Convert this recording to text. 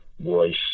voice